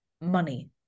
money